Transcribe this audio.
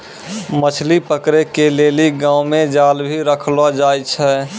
मछली पकड़े के लेली गांव मे जाल भी रखलो जाए छै